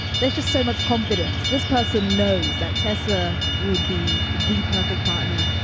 there's just so much confidence. this person knows that tessa would be the perfect partner.